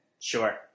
Sure